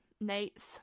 nights